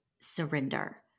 surrender